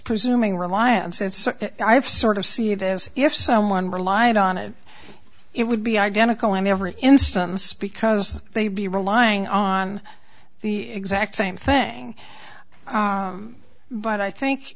presuming reliance it's sort of see it as if someone relied on it it would be identical in every instance because they would be relying on the exact same thing but i think